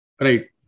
right